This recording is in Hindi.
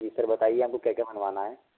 जी सर बताइए आपको क्या क्या बनवाना है